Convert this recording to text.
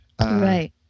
Right